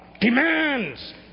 demands